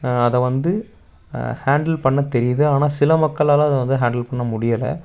அதை வந்து ஹேண்டில் பண்ண தெரியுது ஆனால் சில மக்களால் அதை வந்து ஹேண்டில் பண்ண முடியலை